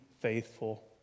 faithful